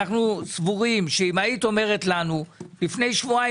אנחנו סבורים שאם היית אומרת לנו לפני שבועיים